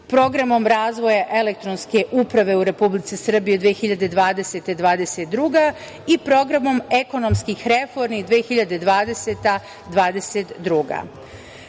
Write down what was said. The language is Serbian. programom razvoja elektronske uprave u Republici Srbiji 2020-2022. i programom ekonomskih reformi 2020-2022.